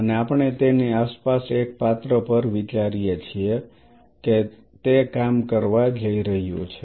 અને આપણે તેની આસપાસ એક પાત્ર પર વિચારીએ છીએ કે તે કામ કરવા જઈ રહી છે